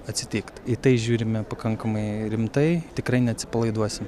atsitikt į tai žiūrime pakankamai rimtai tikrai neatsipalaiduosim